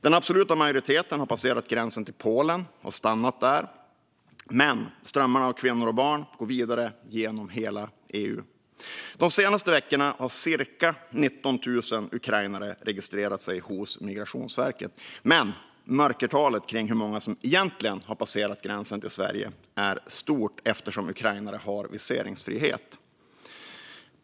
Den absoluta majoriteten har passerat gränsen till Polen och stannat där, men strömmarna av kvinnor och barn går vidare genom hela EU. De senaste veckorna har cirka 19 000 ukrainare registrerat sig hos Migrationsverket, men mörkertalet för hur många som egentligen har passerat gränsen till Sverige är stort, eftersom ukrainare har viseringsfrihet.